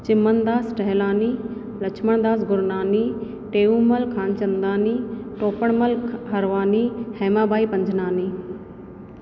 चिमनदास टहेलानी लछ्मनदास गुरनानी टेऊंमल खानचंदानी टोपणमल हरवानी हेमा भाई पंजनानी